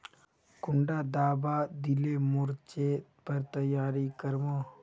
कुंडा दाबा दिले मोर्चे पर तैयारी कर मो?